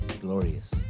glorious